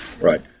Right